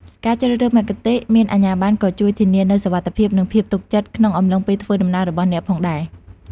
ការជ្រើសរើសមគ្គុទ្ទេសក៍មានអាជ្ញាប័ណ្ណក៏ជួយធានានូវ សុវត្ថិភាព និងភាពទុកចិត្ត ក្នុងអំឡុងពេលធ្វើដំណើររបស់អ្នកផងដែរ។